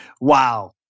Wow